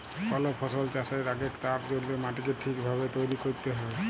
call ফসল চাষের আগেক তার জল্যে মাটিকে ঠিক ভাবে তৈরী ক্যরতে হ্যয়